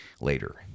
later